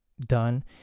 done